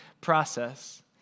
process